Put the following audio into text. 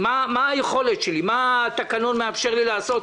מה היכולת שלי, מה התקנון מאפשר לי לעשות?